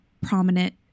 prominent